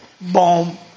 boom